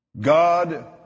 God